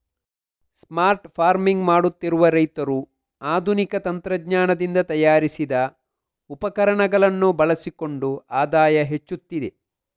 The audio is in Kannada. ಸ್ಮಾರ್ಟ್ ಫಾರ್ಮಿಂಗ್ ಮಾಡುತ್ತಿರುವ ರೈತರು ಆಧುನಿಕ ತಂತ್ರಜ್ಞಾನದಿಂದ ತಯಾರಿಸಿದ ಉಪಕರಣಗಳನ್ನು ಬಳಸಿಕೊಂಡು ಆದಾಯ ಹೆಚ್ಚುತ್ತಿದೆ